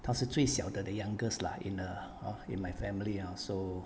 他是最小的 the youngest lah in the hor in my family hor so